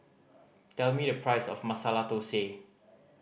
tell me the price of Masala Thosai